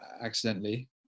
accidentally